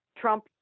Trump